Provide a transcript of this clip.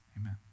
Amen